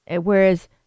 whereas